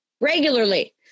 regularly